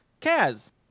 Kaz